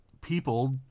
people